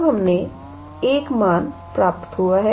अब हमने 1 मान प्राप्त हुआ है